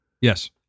Yes